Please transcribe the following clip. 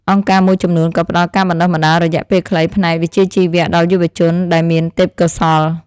អង្គការមួយចំនួនក៏ផ្តល់ការបណ្តុះបណ្តាលរយៈពេលខ្លីផ្នែកវិជ្ជាជីវៈដល់យុវជនដែលមានទេពកោសល្យ។